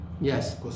yes